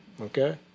okay